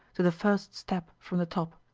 to the first step from the top.